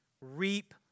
Reap